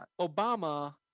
Obama